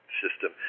system